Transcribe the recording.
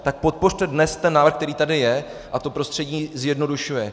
Tak podpořte dnes ten návrh, který tady je a to prostředí zjednodušuje.